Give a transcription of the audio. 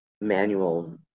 manual